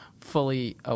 fully